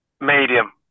medium